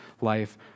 life